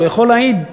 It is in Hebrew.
והוא יכול להעיד.